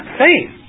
faith